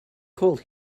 called